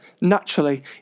naturally